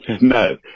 no